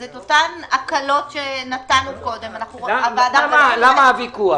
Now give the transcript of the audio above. אז את אותן הקלות שנתנו קודם- -- למה הוויכוח?